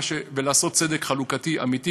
ולעשות צדק חלוקתי אמיתי